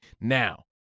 now